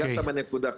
נגעת בנקודה.